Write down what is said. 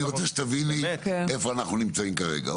אני רוצה שתביני איפה אנחנו נמצאים כרגע.